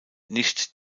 nicht